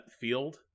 field